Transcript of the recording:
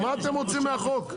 מה אתם רוצים מהחוק?